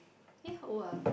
eh how old ah